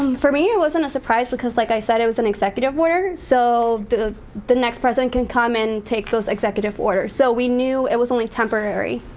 um for me, it wasn't a surprise, because like i said, it was an executive order, so the next president can come and take those executive orders, so we knew it was only temporary.